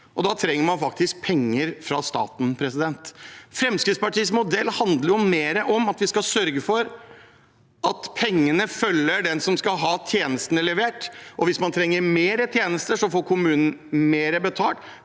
og da trenger man faktisk penger fra staten. Fremskrittspartiets modell handler mer om at vi skal sørge for at pengene følger den som skal ha tjenestene levert, og hvis man trenger mer tjenester, får kommunen mer betalt